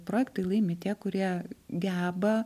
projektai laimi tie kurie geba